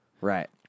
Right